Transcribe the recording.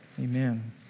Amen